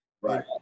Right